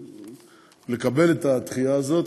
לקבל את הדחייה הזאת,